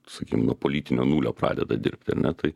sakykim nuo politinio nulio pradeda dirbti ar ne tai